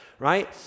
right